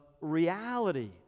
reality